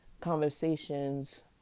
conversations